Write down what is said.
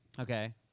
Okay